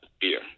beer